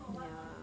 ya